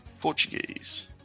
Portuguese